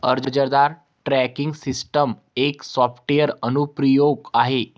अर्जदार tracking system एक software अनुप्रयोग आहे